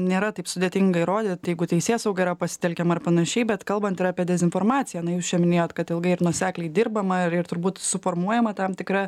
nėra taip sudėtinga įrodyt jeigu teisėsauga yra pasitelkiama ar panašiai bet kalbant ir apie dezinformaciją na jūs čia minėjot kad ilgai ir nuosekliai dirbama ir turbūt suformuojama tam tikra